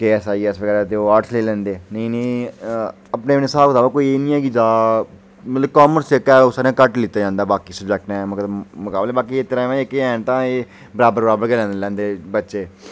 K A S जां I A S बगैरा करनी होऐ तां ओह् आर्ट्स नेईं नेईं अपना अपना स्हाब किताब ऐ कामर्स इक है जो घट्ट लैता जंदा ऐ सब्जेैक्ट बाकी दे मकाबले मगर बाकी जेह्के जो हैन तां एह् बराबर गै लैंदे बच्चे